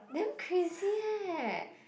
damn crazy eh